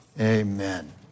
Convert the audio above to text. Amen